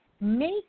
make